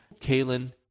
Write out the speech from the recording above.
Kaylin